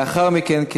לאחר מכן,